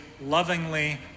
lovingly